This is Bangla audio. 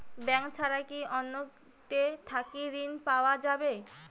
ব্যাংক ছাড়া কি অন্য টে থাকি ঋণ পাওয়া যাবে?